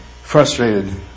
Frustrated